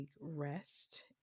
rest